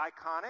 iconic